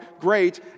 great